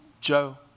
Joe